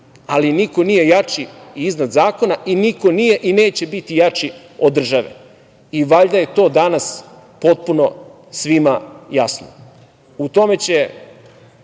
Ali, niko nije jači iznad zakona i niko nije i neće biti jači od države. Valjda je to danas potpuno svima jasno.U tome će